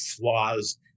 flaws